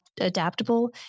adaptable